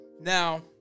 Now